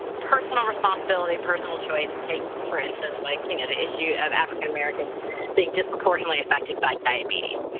personal responsibility, personal choice and take, for instance, like, you know, the issue of african-americans being disproportionately affected by diabetes.